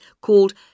called